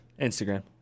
Instagram